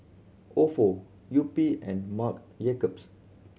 Ofo Yupi and Marc Jacobs